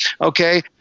okay